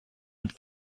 mit